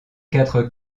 quatre